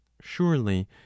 surely